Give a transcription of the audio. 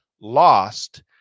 lost